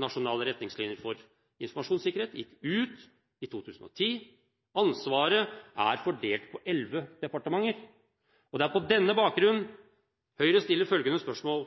nasjonale retningslinjer for informasjonssikkerhet gikk ut i 2010, og ansvaret er fordelt på elleve departementer. Det er på denne bakgrunn Høyre stiller følgende spørsmål: